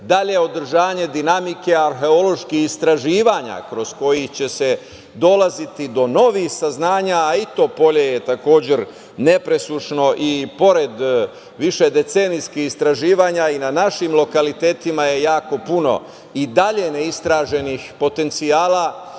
dalje održanje dinamike arheoloških istraživanja kroz koji će se dolaziti do novih saznanja, i to polje je takođe nepresušno i pored višedecenijskih istraživanja, i na našim lokalitetima je jako puno i dalje ne istraženih potencijala